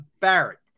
Barrett